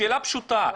שאלה פשוטה,